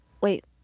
wait